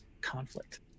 conflict